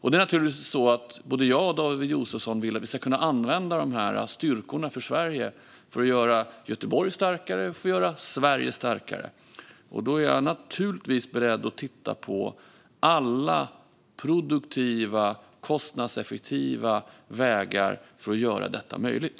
Både David Josefsson och jag vill naturligtvis att vi ska kunna använda dessa styrkor för Sverige till att göra Göteborg starkare och till att göra Sverige starkare. Därför är jag naturligtvis beredd att titta på alla produktiva, kostnadseffektiva vägar att göra detta möjligt.